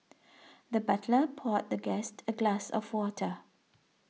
the butler poured the guest a glass of water